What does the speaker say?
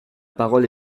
parole